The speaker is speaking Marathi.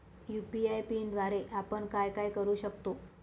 यू.पी.आय पिनद्वारे आपण काय काय करु शकतो?